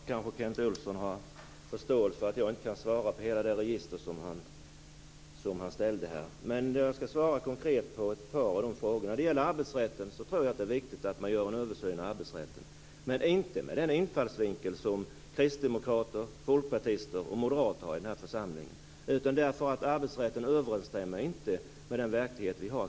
Herr talman! Då kanske Kent Olsson har förståelse för att jag inte kan svara på hela det register av frågor som han ställde. Men jag skall svara konkret på ett par av de frågorna. Jag tror att det är viktigt att man gör en översyn av arbetsrätten, men inte med den infallsvinkel som kristdemokrater, folkpartister och moderater i den här församlingen har, utan därför att arbetsrätten inte överensstämmer med den verklighet vi har.